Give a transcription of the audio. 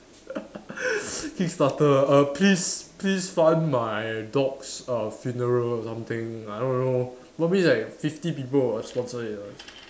kickstarter err please please fund my dog's err funeral or something I don't know probably like fifty people will sponsor it ah